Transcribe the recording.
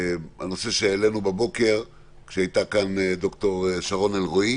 הנושא שהעלינו הבוקר עת הייתה כאן דוקטור שרון אלרעי